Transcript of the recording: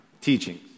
teachings